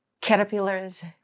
Caterpillars